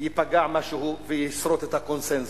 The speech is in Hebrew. ייפגע משהו ויסרוט את הקונסנזוס.